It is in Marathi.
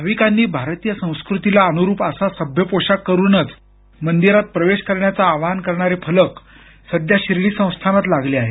भाविकांनी भारतीय संस्कृतीला अनुरूप असा सभ्य पोशाख करुनच मंदिरात प्रवेश करण्याचं आवाहन करणारे फलक सध्या शिर्डी संस्थानात लागले आहेत